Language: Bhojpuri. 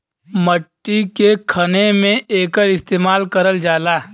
मट्टी के खने में एकर इस्तेमाल करल जाला